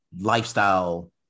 lifestyle